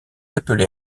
appelée